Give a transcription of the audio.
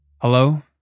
Hello